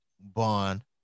Bond